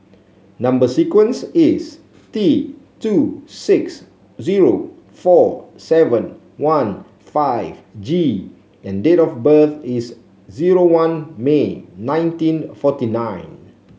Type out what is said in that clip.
number sequence is T two six zero four seven one five G and date of birth is zero one May nineteen forty nine